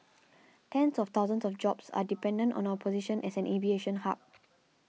tens of thousands of jobs are dependent on our position as an aviation hub